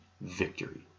victory